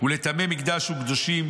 ולטמא מקדש וקדושים.